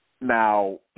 Now